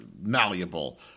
malleable